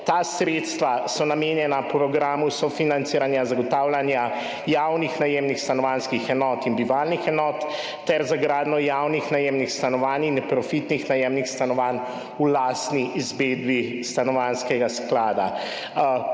Ta sredstva so namenjena programu sofinanciranja zagotavljanja javnih najemnih stanovanjskih enot in bivalnih enot ter za gradnjo javnih najemnih stanovanj in neprofitnih najemnih stanovanj v lastni izvedbi Stanovanjskega sklada.